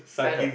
kind of